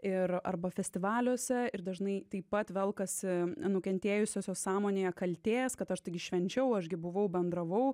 ir arba festivaliuose ir dažnai taip pat velkasi nukentėjusiosios sąmonėje kaltės kad aš taigi švenčiau aš gi buvau bendravau